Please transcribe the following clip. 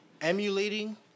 emulating